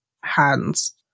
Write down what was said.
hands